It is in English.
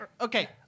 okay